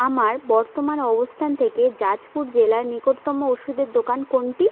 আমার বর্তমান অবস্থান থেকে জাজপুর জেলার নিকটতম ওষুধের দোকান কোনটি